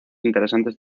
interesantes